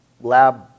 lab